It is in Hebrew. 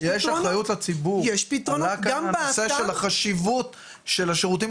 יש אחריות לציבור אבל רק בנושא של החשיבות של השירותים